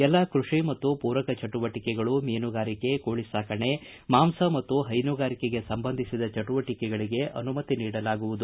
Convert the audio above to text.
ಎಲ್ಲ ಕೃಷಿ ಮತ್ತು ಪೂರಕ ಚಟುವಟಕೆಗಳು ಮೀನುಗಾರಿಕೆ ಕೋಳಿ ಸಾಕಾಣಿಕೆ ಮಾಂಸ ಮತ್ತು ಹೈನುಗಾರಿಕೆಗೆ ಸಂಬಂಧಿಸಿದ ಚಟುವಟಕೆಗಳಗೆ ಅನುಮತಿ ನೀಡಲಾಗುವುದು